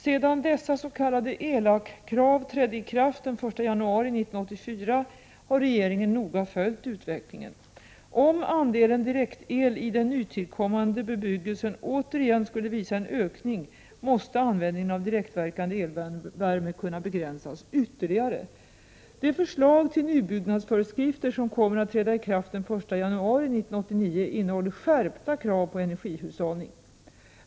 Sedan dessa s.k. ELAK-krav trädde i kraft den 1 januari 1984 har regeringen noga följt utvecklingen. Om andelen direktel i nytillkommande bebyggelse återigen skulle visa en ökning måste användningen av direktverkande elvärme kunna begränsas ytterligare. Det förslag till nybyggnadsföreskrifter som kommer att träda i kraft den 1 januari 1989 innehåller skärpta krav på energihushållning.